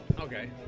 Okay